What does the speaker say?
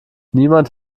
niemand